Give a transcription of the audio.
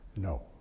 No